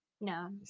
No